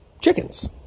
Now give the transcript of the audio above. chickens